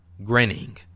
grinning